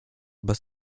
bez